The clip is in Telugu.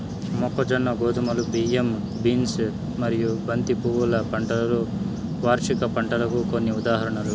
మొక్కజొన్న, గోధుమలు, బియ్యం, బీన్స్ మరియు బంతి పువ్వుల పంటలు వార్షిక పంటలకు కొన్ని ఉదాహరణలు